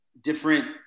different